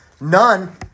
None